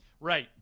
Right